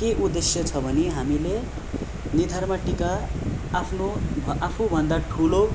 के उद्देश्य छ भने हामीले निधारमा टिका आफ्नु आफूभन्दा ठुलो